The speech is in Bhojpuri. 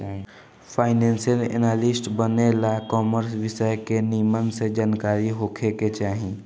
फाइनेंशियल एनालिस्ट बने ला कॉमर्स विषय के निमन से जानकारी होखे के चाही